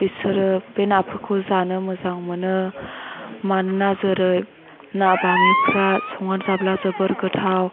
बिसोरो बे नाफोरखौ जानो मोजां मोनो मानोना जेरै ना बामिफ्रा संना जाब्ला जोबोर गोथाव